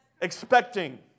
expecting